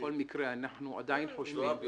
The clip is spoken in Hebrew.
בכל מקרה אנחנו עדיין חושבים --- זועבי